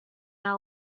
our